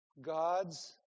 God's